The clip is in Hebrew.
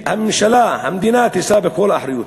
והממשלה, המדינה, תישא בכל האחריות.